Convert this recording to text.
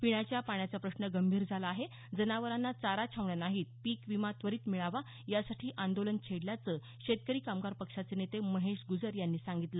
पिण्याच्या पाण्याचा प्रश्न गंभीर झाला आहे जनावारांना चारा छावण्या नाहीत पीक विमा त्वरीत मिळावा यासाठी आंदोलन छेडल्याचं शेतकरी कामगार पक्षाचे नेते महेश गुजर यांनी सांगितलं